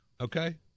Okay